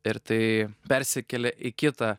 ir tai persikėlė į kitą